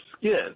skin